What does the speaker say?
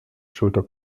schulter